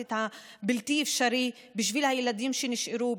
את הבלתי-אפשרי בשביל הילדים שנשארו,